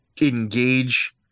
engage